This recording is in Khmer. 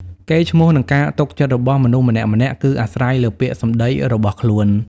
កេរ្តិ៍ឈ្មោះ និងការទុកចិត្តរបស់មនុស្សម្នាក់ៗ គឺអាស្រ័យលើពាក្យសម្ដីរបស់ខ្លួន។